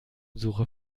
suche